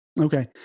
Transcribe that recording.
Okay